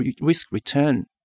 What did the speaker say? risk-return